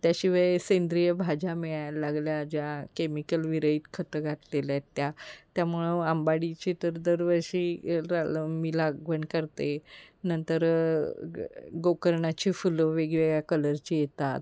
त्याशिवाय सेंद्रिय भाज्या मिळायला लागल्या ज्या केमिकल विरहीत खतं घातलेल्या आहेत त्या त्यामुळं आंबाडीची तर दरवर्षी लव मी लागवड करते नंतर गोकर्णाची फुलं वेगवेगळ्या कलरची येतात